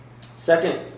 second